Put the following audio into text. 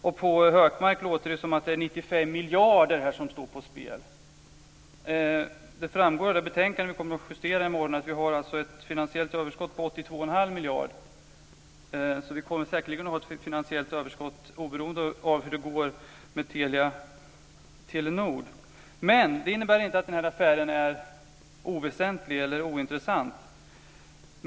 På Gunnar Hökmark låter det som om det är 95 miljarder som står på spel. Det framgår av det betänkande vi kommer att justera i morgon att vi har ett finansiellt överskott på 82 1⁄2 miljard. Men det innebär inte att den affären är oväsentlig eller ointressant.